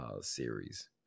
series